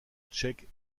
tchèque